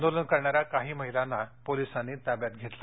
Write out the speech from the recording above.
आंदोलन करणाऱ्या काही महिलांना पोलिसांनी ताब्यात घेतलं